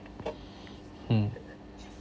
mm